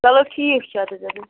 چلو ٹھیٖک چھُ اَدٕ حظ ادٕ حظ